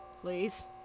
Please